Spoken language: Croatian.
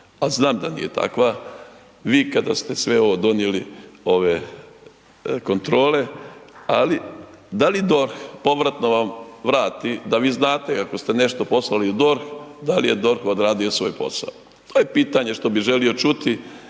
znamo da nije takva, vi kada ste sve ovo donijeli, ove kontrole ali da li DORH, povratno vam vrati da vi znate ako ste nešto poslali u DORH da li je DORH odradio svoj posao? To je pitanje što bih želio čuti